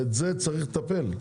ואת זה צריך לטפל,